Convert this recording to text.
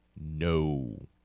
no